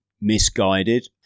misguided